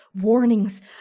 warnings